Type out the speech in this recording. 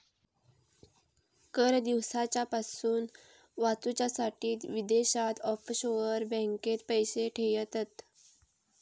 कर दिवच्यापासून वाचूच्यासाठी विदेशात ऑफशोअर बँकेत पैशे ठेयतत